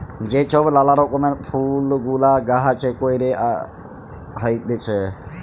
যে ছব লালা রকমের ফুল গুলা গাহাছে ক্যইরে হ্যইতেছে